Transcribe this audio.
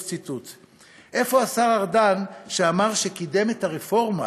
איפה השר ארדן שאמר שקידם את הרפורמה